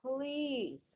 please